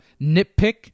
nitpick